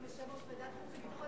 ממנים היום יושב-ראש ועדת חוץ וביטחון,